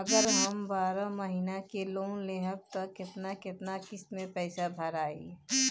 अगर हम बारह महिना के लोन लेहेम त केतना केतना किस्त मे पैसा भराई?